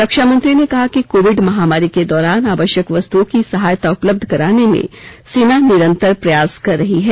रक्षा मंत्री ने कहा कि कोविड महामारी के दौरान आवश्यक वस्तुओं की सहायता उपलब्ध कराने में सेना निरन्तर प्रयास कर रही है